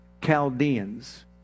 Chaldeans